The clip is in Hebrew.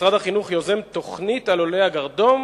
שמשרד החינוך יוזם תוכנית על עולי הגרדום,